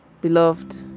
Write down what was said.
Beloved